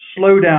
slowdown